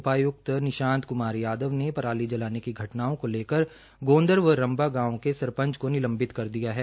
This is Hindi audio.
उपायुक्त निशांत कुमार यादव ने पराली जलाने की घटनाओं को लेकर गोंदर व रम्भा गांव के सरपंच को निलंवित कर दिया है